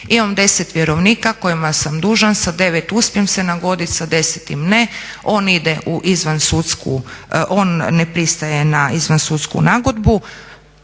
Imam 10 vjerovnika kojima sam dužan, sa 9 uspijem se nagoditi, sa desetim ne. On ide u izvan sudsku, on